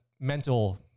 mental